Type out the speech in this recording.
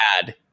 bad